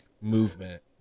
movement